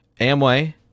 Amway